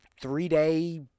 three-day